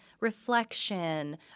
reflection